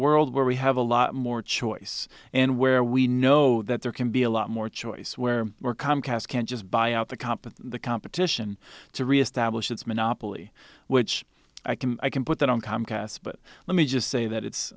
world where we have a lot more choice and where we know that there can be a lot more choice where we're comcast can't just buy out the comp of the competition to reestablish its monopoly which i can i can put that on comcast but let me just say that it's